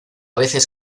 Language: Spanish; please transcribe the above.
veces